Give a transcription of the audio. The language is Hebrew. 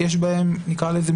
נקרא לזה,